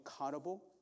accountable